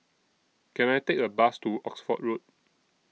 Can I Take A Bus to Oxford Road